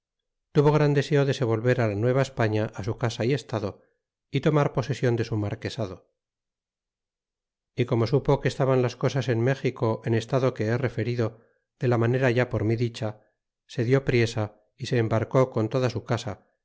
tuvo gran deseo de se volver á la nueva españa á su casa y estado é tomar posesion de su marquesado y como supo que estaban las cosas en méxico en el estado que he referido de la manera ya por mí dicha se dió priesa é se embarcó con toda su casa